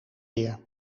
weer